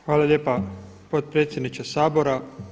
Hvala lijepa potpredsjedniče Sabora.